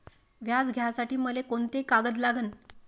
व्याज घ्यासाठी मले कोंते कागद लागन?